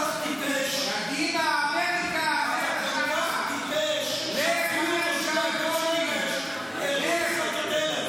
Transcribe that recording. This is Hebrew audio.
אתה כל כך טיפש שאפילו תושבי בית שמש הראו לך את הדרך.